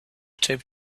taped